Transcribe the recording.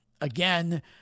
again